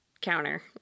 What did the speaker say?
counter